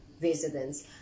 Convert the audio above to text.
residents